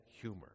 Humor